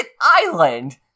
island